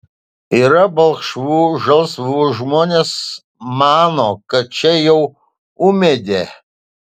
yra balkšvų žalsvų žmonės mano kad čia jau ūmėdė